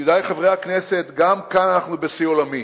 ידידי חברי הכנסת, גם כאן אנחנו בשיא עולמי.